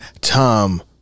Tom